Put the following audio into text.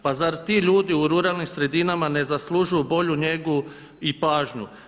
Pa zar ti ljudi u ruralnim sredinama ne zaslužuju bolju njegu i pažnju.